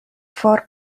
for